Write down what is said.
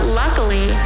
luckily